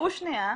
תירגעו שנייה,